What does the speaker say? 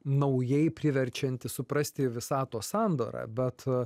naujai priverčianti suprasti visatos sandarą bet